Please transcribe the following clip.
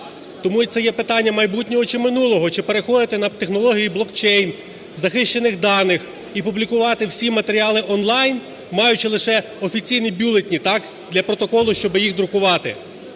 Тому це є питання майбутнього чи минулого, чи переходити на технології блокчейн, захищених даних і публікувати всі матеріли он-лайн, маючи лише офіційні бюлетені, так, для протоколу, щоб їх друкувати.